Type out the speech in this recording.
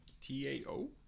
T-A-O